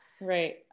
right